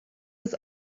was